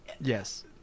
Yes